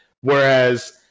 Whereas